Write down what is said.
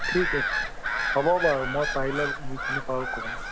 ঠিক আছে হ'ব বাৰু মই পাৰিলে যিখিনি পাৰোঁ ক'ম